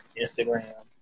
Instagram